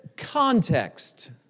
context